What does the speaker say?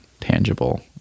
tangible